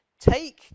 Take